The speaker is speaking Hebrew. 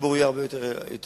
הציבור יהיה הרבה יותר רגוע.